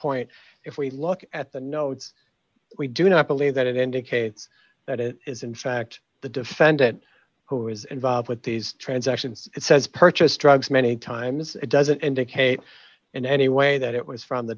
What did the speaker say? point if we look at the notes we do not believe that it indicates that it is in fact the defendant who is involved with these transactions it says purchased drugs many times it doesn't indicate in any way that it was from the